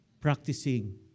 practicing